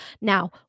Now